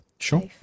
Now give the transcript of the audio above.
sure